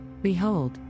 Behold